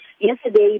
yesterday